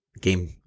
game